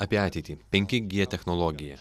apie ateitį penki g technologija